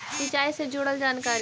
सिंचाई से जुड़ल जानकारी?